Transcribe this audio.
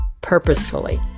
purposefully